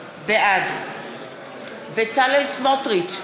בעד בצלאל סמוטריץ,